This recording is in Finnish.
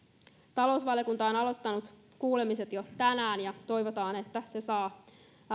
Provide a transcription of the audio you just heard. talousvaliokunta on aloittanut kuulemiset jo tänään ja toivotaan että se saa